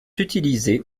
utilisés